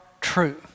true